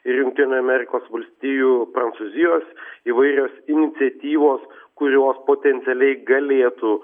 ir jungtinių amerikos valstijų prancūzijos įvairios iniciatyvos kurios potencialiai galėtų